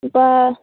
ꯂꯨꯄꯥ